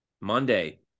Monday